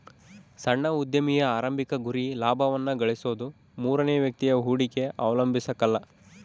ಸಣ್ಣ ಉದ್ಯಮಿಯ ಆರಂಭಿಕ ಗುರಿ ಲಾಭವನ್ನ ಗಳಿಸೋದು ಮೂರನೇ ವ್ಯಕ್ತಿಯ ಹೂಡಿಕೆ ಅವಲಂಬಿಸಕಲ್ಲ